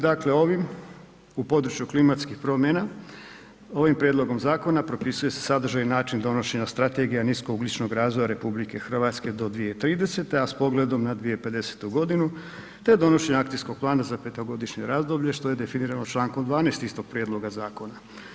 Dakle, ovim u području klimatskih promjena ovim prijedlogom zakona propisuje se sadržaj i način donošenje strategija niskog ugljičnog razvoja RH do 2030., a s pogledom na 20150. godinu te donošenje akcijskog plana za petogodišnje razdoblje što je definirano člankom 12. istog prijedloga zakona.